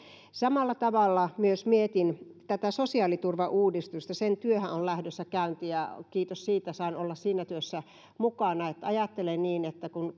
samalla tavalla mietin myös tätä sosiaaliturvauudistusta se työhän on lähdössä käyntiin ja kiitos siitä että saan olla siinä työssä mukana ajattelen niin että kun